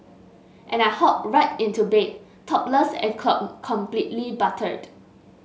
and I hop right into bed topless and completely buttered